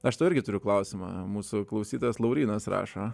aš tau irgi turiu klausimą mūsų klausytojas laurynas rašo